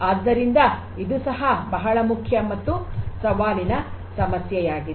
ಆದ್ದರಿಂದ ಇದು ಸಹ ಬಹಳ ಮುಖ್ಯ ಮತ್ತು ಸವಾಲಿನ ಸಮಸ್ಯೆಯಾಗಿದೆ